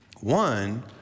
One